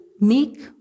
meek